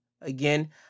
Again